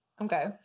Okay